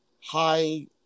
high